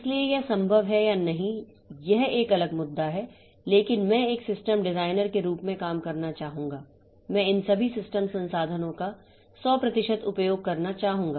इसलिए यह संभव है या नहीं यह एक अलग मुद्दा है लेकिन मैं एक सिस्टम डिजाइनर के रूप में काम करना चाहूंगा मैं इन सभी सिस्टम संसाधनों का 100 प्रतिशत उपयोग करना चाहूंगा